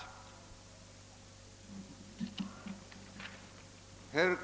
I detta anförande instämde Larsson i Luttra .